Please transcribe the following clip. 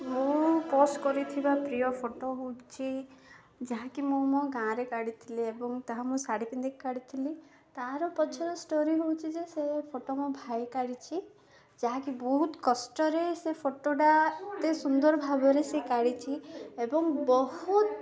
ମୁଁ ପୋଷ୍ଟ କରିଥିବା ପ୍ରିୟ ଫଟୋ ହେଉଛି ଯାହାକି ମୁଁ ମୋ ଗାଁରେ କାଢ଼ିଥିଲି ଏବଂ ତାହା ମୁଁ ଶାଢ଼ୀ ପିନ୍ଧିକି କାଢ଼ିଥିଲି ତା'ର ପଛର ଷ୍ଟୋରି ହେଉଛି ଯେ ସେ ଫଟୋ ମୋ ଭାଇ କାଢ଼ିଛି ଯାହାକି ବହୁତ କଷ୍ଟରେ ସେ ଫଟୋଟା ଏତେ ସୁନ୍ଦର ଭାବରେ ସେ କାଢ଼ିଛିି ଏବଂ ବହୁତ